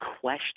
question